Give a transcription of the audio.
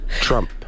Trump